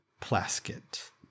Plaskett